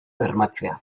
bermatzea